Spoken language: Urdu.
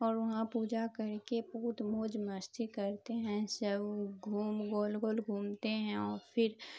اور وہاں پوجا کر کے بہت موج مستی کرتے ہیں سب گھوم گول گول گھومتے ہیں اور پھر